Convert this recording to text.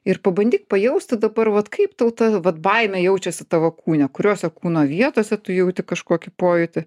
ir pabandyk pajausti dabar vat kaip tau ta vat baimė jaučiasi tavo kūne kuriose kūno vietose tu jauti kažkokį pojūtį